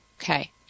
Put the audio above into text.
Okay